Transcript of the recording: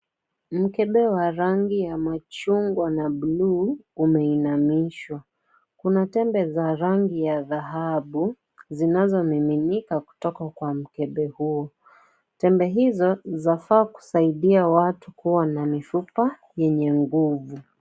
Mkebe wa rangi ya machungwa na blue , umeinamishwa. Kuna tembe za rangi ya dhahabu zinazomiminika kutoka kwa mkebe huo. Tembe hizo zafaa kusaidia watu kuwa na mifupa yenye nguvu.